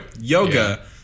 yoga